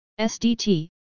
SDT